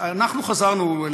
לאחרונה חזרנו,